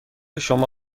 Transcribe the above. شما